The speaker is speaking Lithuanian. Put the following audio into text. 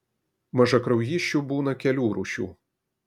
mažakraujysčių būna kelių rūšių